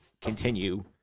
continue